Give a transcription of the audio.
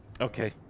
Okay